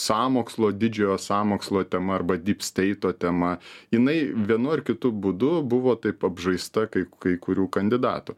sąmokslo didžiojo sąmokslo tema arba dypsteito tema jinai vienu ar kitu būdu buvo taip apžaista kai kai kurių kandidatų